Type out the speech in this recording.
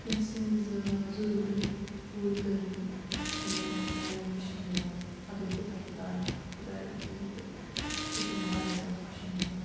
کٲنٛسہِ ہِنٛز ضروٗرَت پوٗرٕ کَرٕنۍ چھےٚ مےٚ واریاہ خوشی مِلان اگر بہٕ تَتھ لایق خۄداے دی تہٕ سۄ چھےٚ مےٚ واریاہ زیادٕ خوشی مِلان